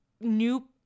new